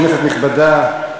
כנסת נכבדה,